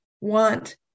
want